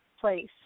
place